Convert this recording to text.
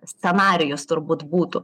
scenarijus turbūt būtų